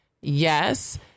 Yes